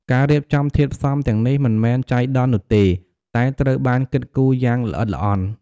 ការរៀបចំធាតុផ្សំទាំងនេះមិនមែនចៃដន្យនោះទេ តែត្រូវបានគិតគូរយ៉ាងល្អិតល្អន់។